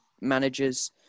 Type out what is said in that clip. managers